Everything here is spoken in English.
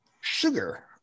sugar